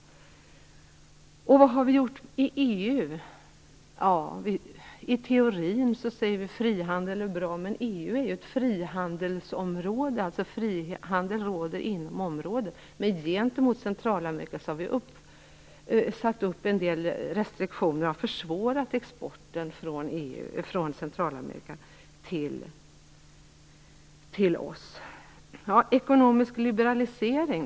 Vad har vi gjort i EU? Vi menar i teorin att frihandel är bra, men att EU är ett frihandelsområde betyder att frihandel tillämpas inom det egna området. Gentemot Centralamerika har vi satt upp en del restriktioner, som har försvårat exporten därifrån till oss. Men hur är det då med den ekonomiska liberaliseringen?